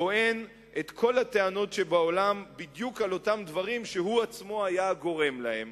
טוען את כל הטענות שבעולם בדיוק על אותם דברים שהוא עצמו היה הגורם להם,